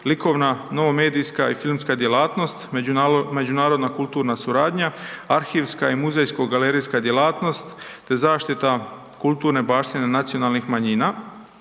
likovna, novo-medijska i filmska djelatnost, međunarodna kulturna suradnja, arhivska i muzejsko-galerijska djelatnost te zaštita kulturne baštine nacionalnih manjina